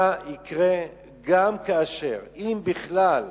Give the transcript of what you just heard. מה יקרה גם כאשר, אם בכלל,